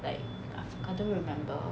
like I don't remember